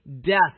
death